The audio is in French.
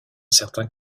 certains